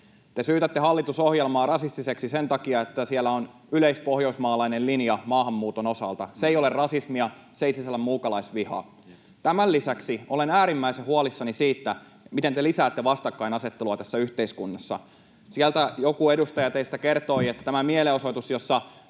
Te syytätte hallitusohjelmaa rasistiseksi sen takia, että siellä on yleispohjoismaalainen linja maahanmuuton osalta. Se ei ole rasismia, se ei sisällä muukalaisvihaa. Tämän lisäksi olen äärimmäisen huolissani siitä, miten te lisäätte vastakkainasettelua tässä yhteiskunnassa. Sieltä joku edustaja teistä kertoi, että tämä mielenosoitus, jossa